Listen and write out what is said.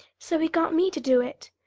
so he got me to do it.